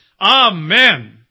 Amen